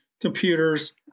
computers